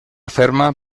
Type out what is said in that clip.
ferma